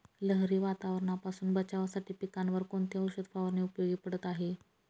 लहरी वातावरणापासून बचावासाठी पिकांवर कोणती औषध फवारणी उपयोगी पडत आहे?